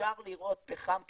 אפשר לראות פחם כגיבוי.